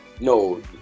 No